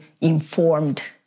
informed